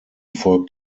folgt